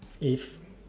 if